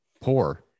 Poor